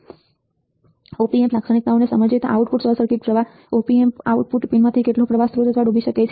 Op amp લાક્ષણિકતાઓને સમજવું output short circuit પ્રવાહ • op amp આઉટપુટ પિનમાંથી કેટલો પ્રવાહ સ્ત્રોત અથવા ડૂબી શકે છે